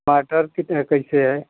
टमाटर कितने कैसे है